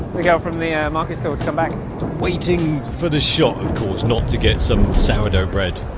we go from the air marcus that would come back waiting for the shot of course not to get some sourdough bread